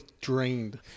drained